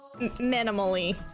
minimally